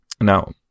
Now